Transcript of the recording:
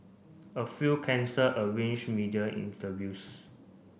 a few cancelled arranged media interviews